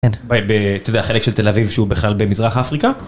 אתה יודע, בחלק של תל אביב שהוא בכלל במזרח אפריקה.